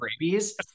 rabies